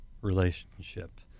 relationship